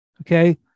Okay